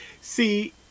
See